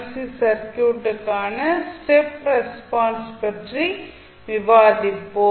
C சர்க்யூட்டுக்கான step response பற்றி விவாதிப்போம்